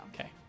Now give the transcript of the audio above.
Okay